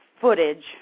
footage